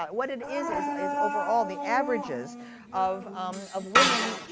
what it is, is is overall, the averages of um of women,